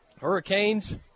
Hurricanes